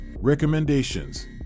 Recommendations